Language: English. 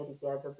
together